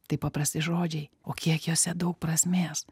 tai paprasti žodžiai o kiek juose daug prasmės